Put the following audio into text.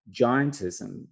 giantism